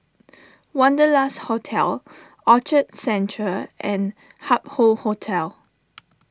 Wanderlust Hotel Orchard Central and Hup Hoe Hotel